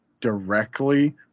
Directly